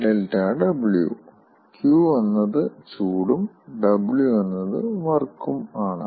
Q എന്നത് ചൂടും W എന്നത് വർക്കും ആണ്